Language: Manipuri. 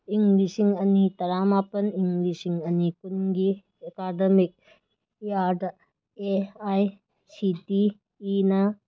ꯏꯪ ꯂꯤꯁꯤꯡ ꯑꯅꯤ ꯇꯔꯥꯃꯄꯜ ꯏꯪ ꯂꯤꯁꯤꯡ ꯑꯅꯤ ꯀꯨꯟꯒꯤ ꯑꯦꯀꯥꯗꯃꯤꯛ ꯏꯌꯥꯔꯗ ꯑꯦ ꯑꯥꯏ ꯁꯤ ꯇꯤ ꯏꯅ